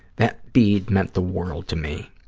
that bead meant the world to me.